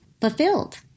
fulfilled